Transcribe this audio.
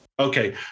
Okay